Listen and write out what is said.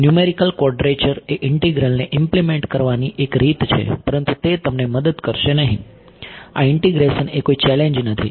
numerical quadrature એ ઇન્ટિગ્રલને implement કરવાની એક રીત છે પરંતુ તે તમને મદદ કરશે નહિ આ ઈન્ટીગ્રેશન એ કોઈ ચેલેન્જ નથી